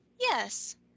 yes